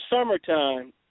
summertime